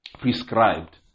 prescribed